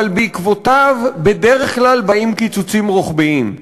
אבל בעקבותיו בדרך כלל באים קיצוצים רוחביים.